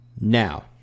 Now